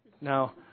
Now